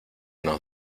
nos